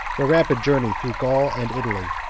their rapid journey through gaul and italy,